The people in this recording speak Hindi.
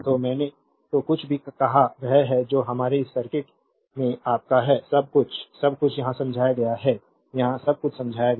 तो मैंने जो कुछ भी कहा वह है जो हमारे इस सर्किट में आपका है सब कुछ सब कुछ यहां समझाया गया है यहां सब कुछ समझाया गया है